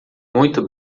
muito